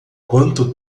quanto